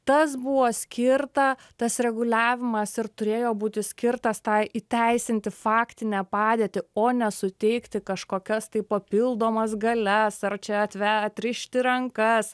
tas buvo skirta tas reguliavimas ir turėjo būti skirtas tai įteisinti faktinę padėtį o ne suteikti kažkokias tai papildomas galias ar čia atve atrišti rankas